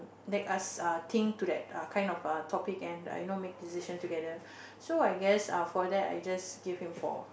make us uh think to that uh kind of uh topic and I know make decision together so I guess uh for that I just give him four